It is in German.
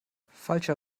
falscher